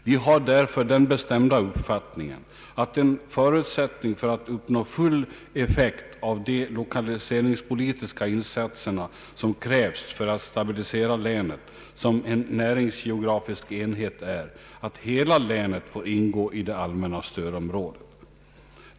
Vi har därför den bestämda uppfattningen, att en förutsättning för att uppnå full effekt av de lokaliseringspolitiska insatserna som krävs för att stabilisera länet som en näringsgeografisk enhet är, att hela länet får ingå i det allmänna stödområdet.